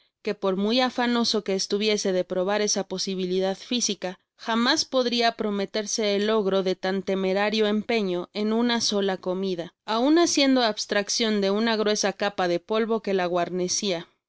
que por muy afanoso que estuviese de probar esa posibilidad fisica jamás podria prometerse el logro de tan temerario empeño en una sola comida aun haciendo abstraccion de una gruesa capa de polvo que la guarnecia me